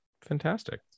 fantastic